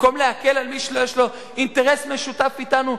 במקום להקל על מי שיש לו אינטרס משותף אתנו